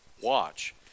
watch